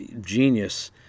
genius